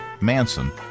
Manson